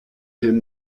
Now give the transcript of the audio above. him